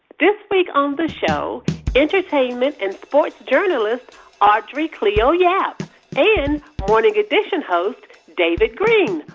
this week on the show entertainment and sports journalist audrey cleo yap and morning edition host david greene.